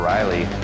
Riley